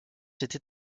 été